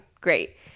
Great